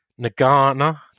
Nagana